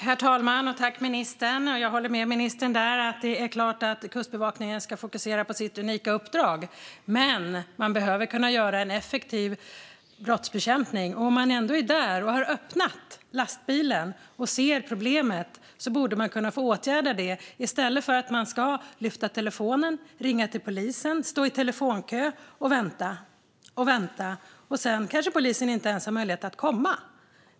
Herr talman! Jag håller med ministern - det är klart att Kustbevakningen ska fokusera på sitt unika uppdrag. Men man behöver också kunna bedriva en effektiv brottsbekämpning. Om man ändå är där, har öppnat lastbilen och ser problemet borde man få åtgärda det i stället för att man ska lyfta telefonen, ringa till polisen, stå i telefonkö och vänta och vänta. Sedan kanske polisen inte ens har möjlighet att komma.